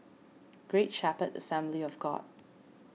Great Shepherd Assembly of God